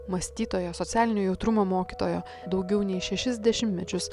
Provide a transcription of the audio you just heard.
mąstytojo socialinio jautrumo mokytojo daugiau nei šešis dešimtmečius